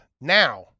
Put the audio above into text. now